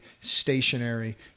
stationary